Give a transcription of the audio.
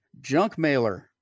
Junkmailer